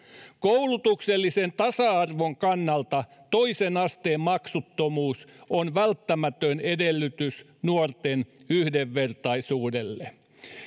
koulutuksellisen tasa arvon kannalta toisen asteen maksuttomuus on välttämätön edellytys nuorten yhdenvertaisuudelle